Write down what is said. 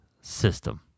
system